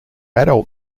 adult